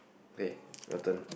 kay your turn